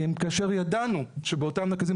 כאשר ידענו שבאותם נזקים,